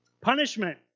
Punishment